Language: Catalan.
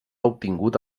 obtingut